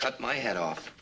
cut my head off